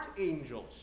angels